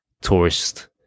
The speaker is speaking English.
tourist